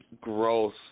Gross